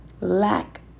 lack